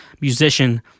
musician